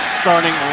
starting